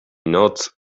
noc